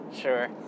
Sure